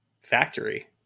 factory